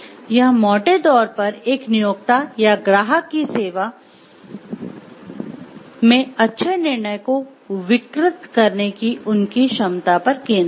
यह मोटे तौर पर एक नियोक्ता या ग्राहक की सेवा में अच्छे निर्णय को विकृत करने की उनकी क्षमता पर केंद्रित है